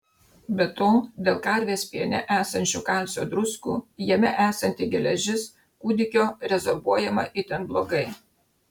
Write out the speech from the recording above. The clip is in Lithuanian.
be to dėl karvės piene esančių kalcio druskų jame esanti geležis kūdikio rezorbuojama itin blogai